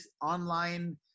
online